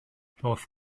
roedd